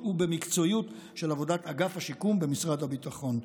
ובמקצועיות של עבודת אגף השיקום במשרד הביטחון.